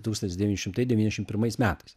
tūkstantis devyni šimtai devyniasdešim pirmais metais